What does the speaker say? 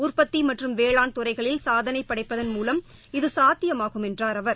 உற்பத்தி மற்றும் வேளாண் துறைகளில் சாதனை படைப்பதன் மூலம் இது சாத்தியமாகும் என்றார் அவர்